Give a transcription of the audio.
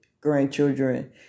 grandchildren